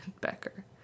Becker